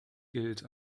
gilt